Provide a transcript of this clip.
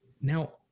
Now